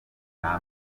nta